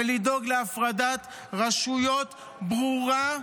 ולדאוג להפרדת רשויות ברורה,